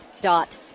Dot